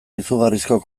izugarrizko